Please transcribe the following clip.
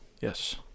yes